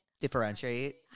Differentiate